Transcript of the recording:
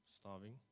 starving